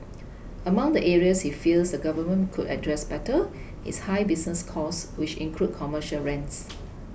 among the areas he feels the government could address better is high business costs which include commercial rents